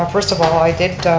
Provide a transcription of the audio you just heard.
um first of all, i did